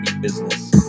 business